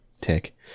Tick